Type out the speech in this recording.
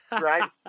Right